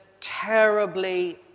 terribly